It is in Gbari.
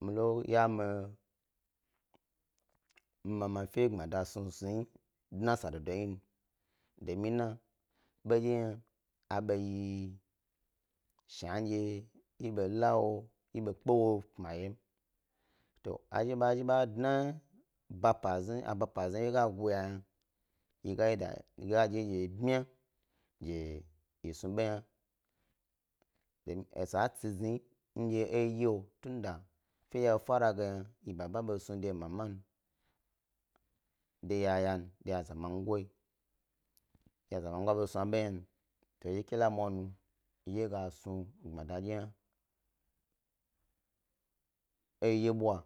Milo ya mi ma fe gbmada snu snu yi dna sa do hni domin badye hna a ɓo yi ɓo kpe wop mi yam to a zhi ba dna eba epa wye wye zhi yna ewyewye ga guya yna yi ga dye ndye bmya ge a snu ɓondye ndye hna esa tsi zni ndye eyi dye tunda fey a far a ge yna yi baba be snum de yi mama, de yaya de ya zamago, ya zamago a bas nu a hnan to yi ke la mwanu yi dye gas nu agbmada dye ba hna e yi dye bwa